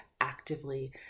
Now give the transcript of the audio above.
actively